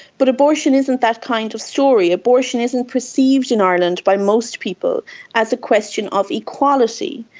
but abortion isn't that kind of story. abortion isn't perceived in ireland by most people as a question of equality,